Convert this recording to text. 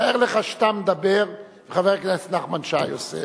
תאר לך שאתה מדבר וחבר הכנסת נחמן שי עושה,